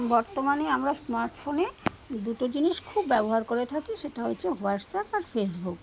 বর্তমানে আমরা স্মার্টফোনে দুটো জিনিস খুব ব্যবহার করে থাকি সেটা হচ্ছে হোয়াটসঅ্যাপ আর ফেসবুক